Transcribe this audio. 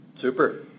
Super